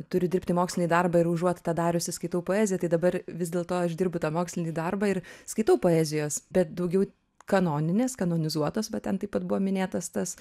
turiu dirbti mokslinį darbą ir užuot tą dariusi skaitau poeziją tai dabar vis dėlto aš dirbu tą mokslinį darbą ir skaitau poezijos bet daugiau kanoninės kanonizuotos bet ten taip pat buvo minėtas tas